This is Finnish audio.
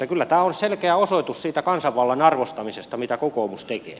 kyllä tämä on selkeä osoitus siitä kansanvallan arvostamisesta mitä kokoomus tekee